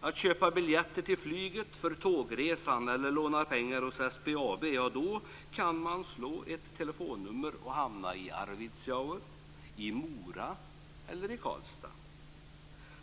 För att köpa biljetter till flyg eller tågresan eller för att låna pengar hos SBAB kan man bara slå ett telefonnummer och hamna i Arvidsjaur, Mora eller Karlstad.